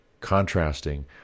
Contrasting